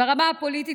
ברמה הפוליטית,